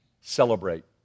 celebrate